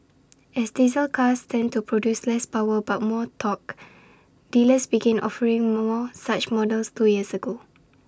as diesel cars tend to produce less power but more torque dealers began offering more such models two years ago